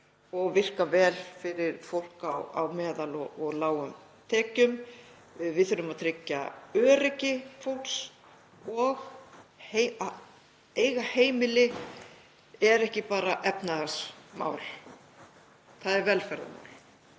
og virka vel fyrir fólk á meðaltekjum og lágum tekjum. Við þurfum að tryggja öryggi fólks. Að eiga heimili er ekki bara efnahagsmál, það er velferðarmál